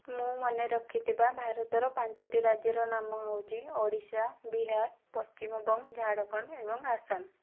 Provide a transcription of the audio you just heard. ମୁଁ ମନେ ରଖିଥିବା ଭାରତର ପାଞ୍ଚଟି ରାଜ୍ୟ ନାମ ହେଉଛି ଓଡ଼ିଶା ବିହାର ପଶ୍ଚିମବଙ୍ଗ ଝାଡ଼ଖଣ୍ଡ ଏବଂ ଆସାମ